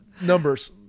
Numbers